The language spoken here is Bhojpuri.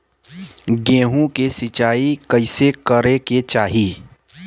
गेहूँ के सिंचाई कइसे करे के चाही?